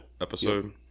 episode